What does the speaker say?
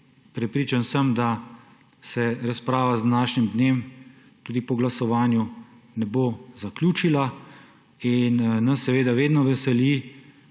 Prepričan sem, da se razprava z današnjim dnem tudi po glasovanju ne bo zaključila. Vedno nas veseli,